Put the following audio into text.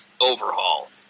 overhaul